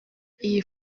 iyi